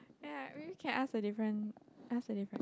ya really can ask a different ask a different